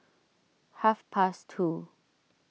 half past two